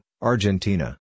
Argentina